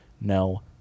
no